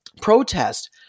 protest